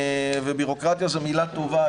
ובירוקרטיה זו מילה טובה,